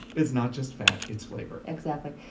it's not just fat, it's flavor exactly.